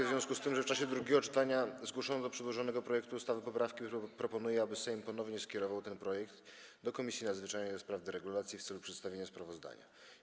W związku z tym, że w czasie drugiego czytania zgłoszono do przedłożonego projektu ustawy poprawki, proponuję, aby Sejm ponownie skierował ten projekt do Komisji Nadzwyczajnej do spraw deregulacji w celu przedstawienia sprawozdania.